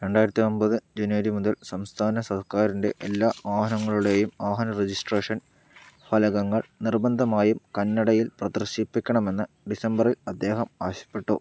രണ്ടായിരത്തി ഒമ്പത് ജനുവരി മുതൽ സംസ്ഥാന സർക്കാരിൻ്റെ എല്ലാ വാഹനങ്ങളുടെയും വാഹന രജിസ്ട്രേഷൻ ഫലകങ്ങള് നിർബന്ധമായും കന്നഡയിൽ പ്രദർശിപ്പിക്കണമെന്ന് ഡിസംബറിൽ അദ്ദേഹം ആവശ്യപ്പെട്ടു